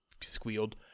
squealed